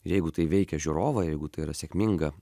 ir jeigu tai veikia žiūrovą jeigu tai yra sėkminga